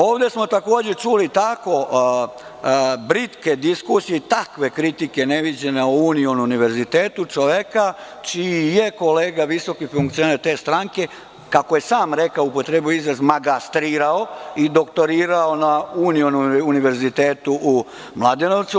Ovde smo čuli britke diskusije, takve kritike o Union univerzitetu, čoveka čiji je kolega visoki funkcioner te stranke, kako je sam rekao, upotrebio izraz, „magastrirao“ i doktorirao na Union univerzitetu u Mladenovcu.